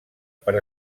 per